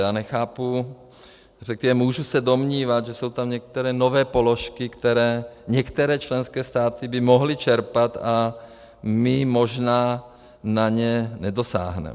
Já nechápu, můžu se domnívat, že jsou tam některé nové položky, které některé členské státy by mohly čerpat, a my možná na ně nedosáhneme.